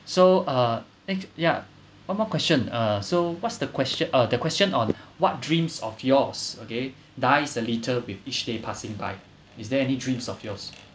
so uh next yeah one more question uh so what's the question uh the question on what dreams of yours okay dies a little with each day passing by is there any dreams of yours